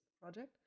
project